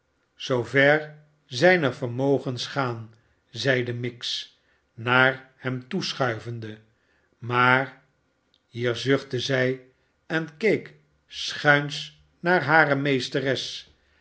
zijne vermogens gaan zeide miggs naar hem toeschuivende jmaar hier zuchtte zij en keek schuins naar hare meesteres